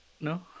No